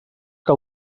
que